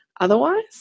otherwise